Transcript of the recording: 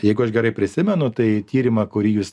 jeigu aš gerai prisimenu tai tyrimą kurį jūs